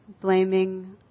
blaming